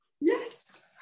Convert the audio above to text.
Yes